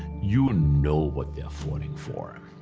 you know what they're falling for.